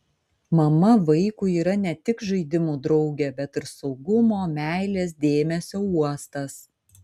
mama vaikui yra ne tik žaidimų draugė bet ir saugumo meilės dėmesio uostas